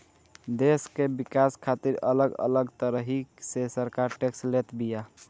देस के विकास खातिर अलग अलग तरही से सरकार टेक्स लेत बिया